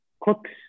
cooks